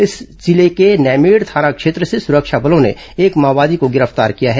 इसी जिले के नैमेड़ थाना क्षेत्र से सुरक्षा बलों ने एक माओवादी को गिरफ्तार किया है